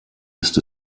ist